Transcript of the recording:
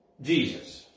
Jesus